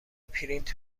پرینت